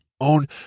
own